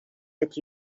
that